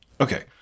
Okay